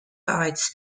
bites